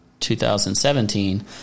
2017